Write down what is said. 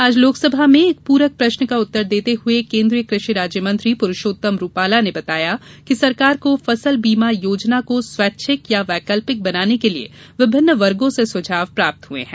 आज लोकसभा में एक प्रक प्रश्न का उत्तर देते हुए केन्द्रीय कृषि राज्यमंत्री पुरूषोत्तम रूपाला ने बताया कि सरकार को फसल बीमा योजना को स्वैच्छिक या वैकल्पिक बनाने के लिए विभिन्न वर्गों से सुझाव प्राप्त हुए हैं